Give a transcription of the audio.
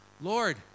lord